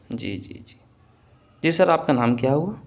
جی جی جی جی سر آپ کا نام کیا ہوگا